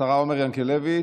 השרה עומר ינקלביץ'.